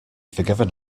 forgiven